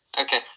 Okay